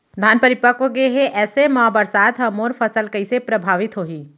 धान परिपक्व गेहे ऐसे म बरसात ह मोर फसल कइसे प्रभावित होही?